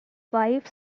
wife